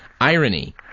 Irony